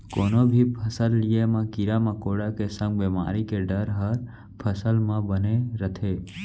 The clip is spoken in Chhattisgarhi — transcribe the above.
कोनो भी फसल लिये म कीरा मकोड़ा के संग बेमारी के डर हर फसल मन म बने रथे